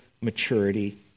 maturity